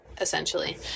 essentially